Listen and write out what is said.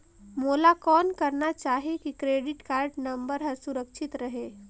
मोला कौन करना चाही की क्रेडिट कारड नम्बर हर सुरक्षित रहे?